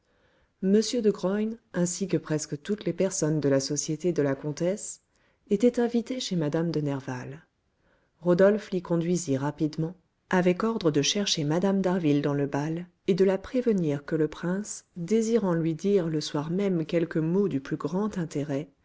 m de graün ainsi que presque toutes les personnes de la société de la comtesse était invité chez mme de nerval rodolphe l'y conduisit rapidement avec ordre de chercher mme d'harville dans le bal et de la prévenir que le prince désirant lui dire le soir même quelques mots du plus grand intérêt